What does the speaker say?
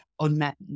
unmet